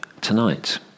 tonight